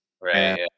Right